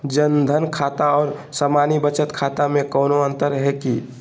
जन धन खाता और सामान्य बचत खाता में कोनो अंतर है की?